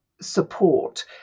support